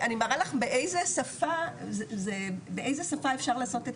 אני מראה לך באיזה שפה אפשר לעשות,